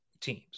teams